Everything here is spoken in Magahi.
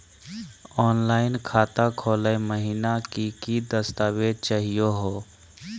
ऑनलाइन खाता खोलै महिना की की दस्तावेज चाहीयो हो?